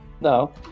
No